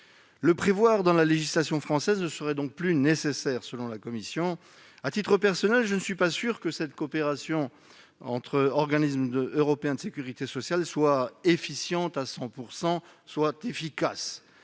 Les prévoir dans la législation française ne serait donc plus nécessaire, selon la commission ... À titre personnel, je ne suis pas sûr que cette coopération entre organismes européens de sécurité sociale soit efficace à 100 %. J'aimerais